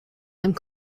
einem